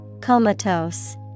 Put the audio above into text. comatose